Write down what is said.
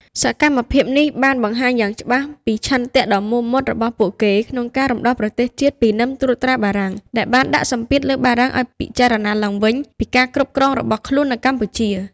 សកម្មភាពនេះបានបង្ហាញយ៉ាងច្បាស់ពី ឆន្ទៈដ៏មោះមុតរបស់ពួកគេក្នុងការរំដោះប្រទេសជាតិពីនឹមត្រួតត្រាបរទេស ដែលបានដាក់សម្ពាធលើបារាំងឱ្យពិចារណាឡើងវិញពីការគ្រប់គ្រងរបស់ខ្លួននៅកម្ពុជា។